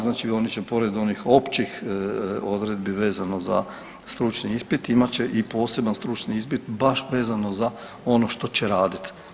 Znači oni će pored onih općih odredbi vezano za stručni ispit imat će i poseban stručni ispit baš vezano za ono što će raditi.